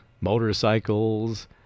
motorcycles